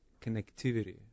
connectivity